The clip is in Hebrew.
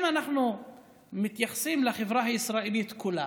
אם אנחנו מתייחסים לחברה הישראלית כולה